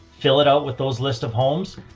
fill it out with those list of homes,